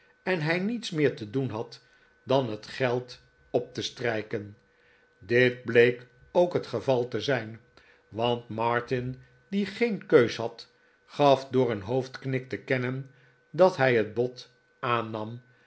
eh hij niets meer te doen had dan het geld opte strijken dit bleek ook het geval te zijn want martin die geen keus had gaf door een hoofdknik te kennen dat hij het bod aap